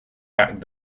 back